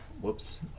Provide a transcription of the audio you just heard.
Whoops